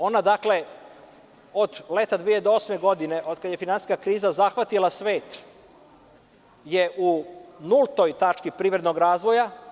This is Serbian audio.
Ona je, dakle, od leta 2008. godine, od kada je finansijska kriza zahvatila svet, u nultoj tački privrednog razvoja.